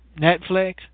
Netflix